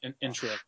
intro